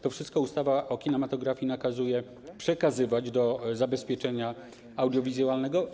To wszystko ustawa o kinematografii nakazuje przekazywać do zabezpieczenia audiowizualnego.